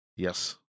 Yes